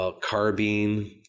Carbine